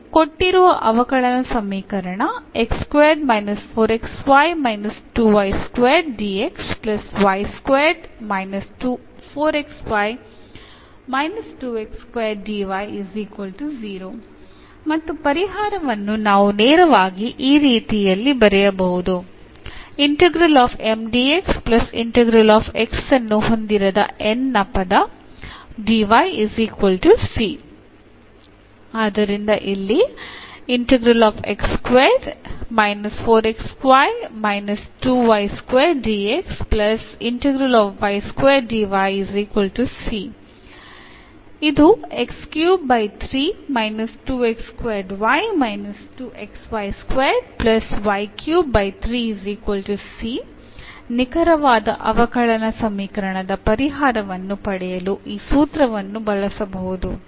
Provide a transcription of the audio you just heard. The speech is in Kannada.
ಇದು ಕೊಟ್ಟಿರುವ ಅವಕಲನ ಸಮೀಕರಣ ಮತ್ತು ಪರಿಹಾರವನ್ನು ನಾವು ನೇರವಾಗಿ ಈ ರೀತಿಯಲ್ಲಿ ಬರೆಯಬಹುದು ಆದ್ದರಿಂದ ಇಲ್ಲಿ ನಿಖರವಾದ ಅವಕಲನ ಸಮೀಕರಣದ ಪರಿಹಾರವನ್ನು ಪಡೆಯಲು ಈ ಸೂತ್ರವನ್ನು ಬಳಸಬಹುದು